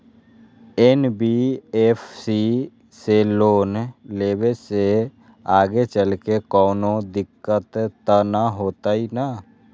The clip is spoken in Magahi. एन.बी.एफ.सी से लोन लेबे से आगेचलके कौनो दिक्कत त न होतई न?